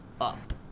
up